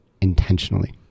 intentionally